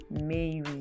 mary